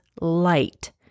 Light